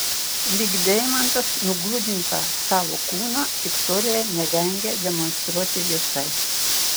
lyg deimantas nugludintą savo kūną viktorija nevengia demonstruoti viešai